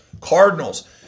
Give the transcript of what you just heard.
Cardinals